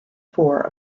four